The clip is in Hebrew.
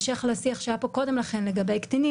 מכיוון שאין פה ויכוח,